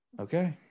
Okay